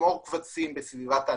לשמור קבצים בסביבת ענן.